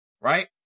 right